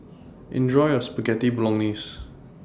Enjoy your Spaghetti Bolognese